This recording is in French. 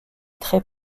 très